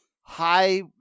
high